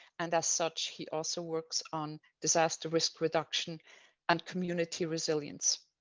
and as such, he also works on disaster risk reduction and community resilience.